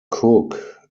cook